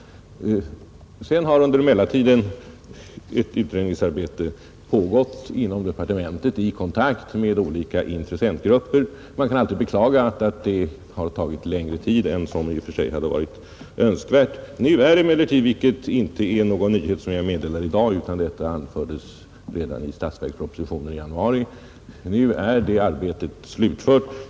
Sedan har under mellantiden ett utredningsarbete pågått inom departementet i kontakt med olika intressentgrupper. Man kan alltid beklaga att det har tagit längre tid än som i och för sig hade varit önskvärt. Nu är emellertid — vilket inte är någon nyhet som jag meddelar i dag, utan detta anfördes redan i statsverkspropositionen i januari — det arbetet slutfört.